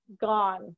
gone